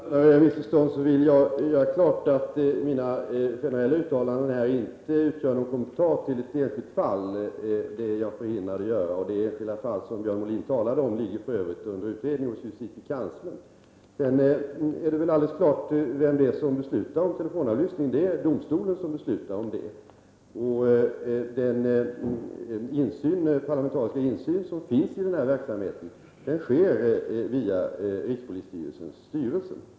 Herr talman! För att undanröja missförstånd vill jag göra klart att jag med mina generella uttalanden inte har gjort någon kommentar till ett enskilt fall. Det är jag förhindrad att göra. Det enskilda fall som Björn Molin talade om ligger f. ö. under utredning hos justitiekanslern. Vem som beslutar om telefonavlyssning är väl alldeles klart. Det är domstolen som beslutar om det. Den parlamentariska insyn som finns i den här verksamheten sker via rikspolisstyrelsens styrelse.